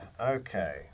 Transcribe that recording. Okay